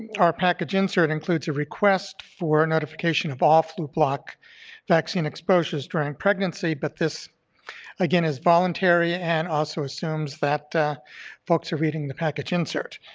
our package insert includes a request for notification of all flublok vaccine exposures during pregnancy, but this again is voluntary and also assumes that folks are reading the package insert.